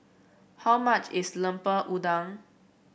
how much is Lemper Udang